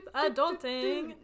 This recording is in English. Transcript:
adulting